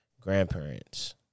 grandparents